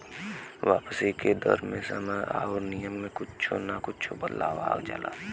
वापसी के दर मे समय आउर नियम में कुच्छो न कुच्छो बदलाव आ जाला